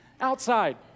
outside